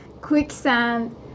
quicksand